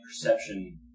perception